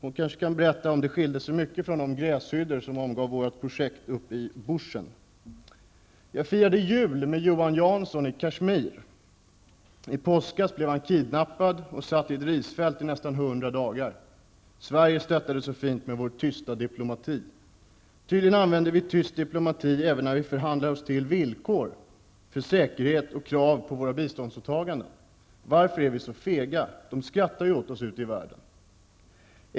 Hon kanske kan berätta om det skilde sig mycket från de gräshyddor som omgav vårt projektområde uppe i Jag firade jul med Johan Jansson i Kashmir. I påskas blev han kidnappad och fick sitta i ett risfält i nästan 100 dagar. Sverige stöttade så fint med ''tyst diplomati''. Tydligen använder vi tyst diplomati även när vi förhandlar oss fram till villkor för säkerhet och krav på våra biståndsåtaganden. Varför är vi så fega? Ute i världen skrattar man ju åt oss.